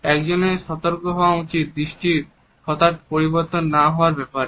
একজনের সতর্ক হওয়া উচিত দৃষ্টির হঠাৎ পরিবর্তন না করার ব্যাপারে